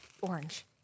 orange